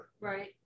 Right